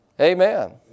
Amen